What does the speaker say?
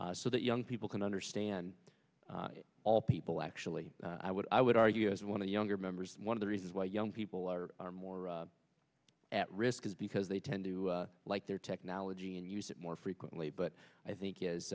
so that young people can understand all people actually i would i would argue as one of the younger members one of the reasons why young people are more at risk because they tend to like their technology and use it more frequently but i think i